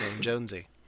Jonesy